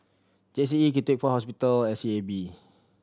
G C E KTPH hospital S E A B